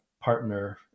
partner